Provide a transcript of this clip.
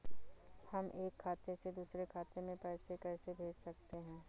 हम एक खाते से दूसरे खाते में पैसे कैसे भेज सकते हैं?